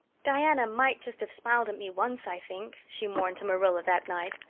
diana might just have smiled at me once, i think, she mourned to marilla that night.